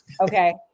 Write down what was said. okay